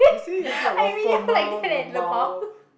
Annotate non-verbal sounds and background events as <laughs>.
<laughs> I read it out like that leh LMAO